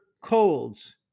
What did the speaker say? colds